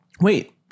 Wait